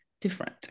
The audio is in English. different